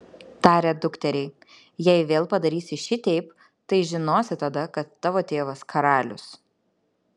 tarė dukteriai jei vėl padarysi šiteip tai žinosi tada kad tavo tėvas karalius